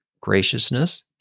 graciousness